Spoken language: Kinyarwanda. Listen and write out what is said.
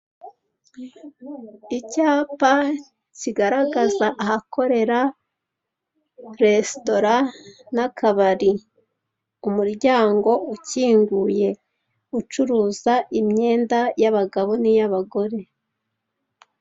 Icyapa kigaragaza ahakorera resitora n'akabari, umuryango ukinguye ucuruza imyenda y'abagabo n'iy'abagore.